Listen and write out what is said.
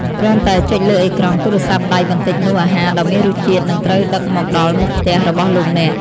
គ្រាន់តែចុចលើអេក្រង់ទូរស័ព្ទដៃបន្តិចនោះអាហារដ៏មានរសជាតិនឹងត្រូវដឹកមកដល់មុខផ្ទះរបស់លោកអ្នក។